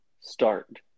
start